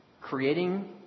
Creating